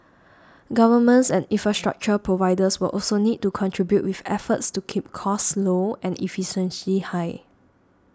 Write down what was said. governments and infrastructure providers will also need to contribute with efforts to keep costs low and efficiency high